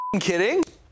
kidding